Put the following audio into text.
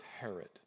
Herod